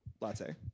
latte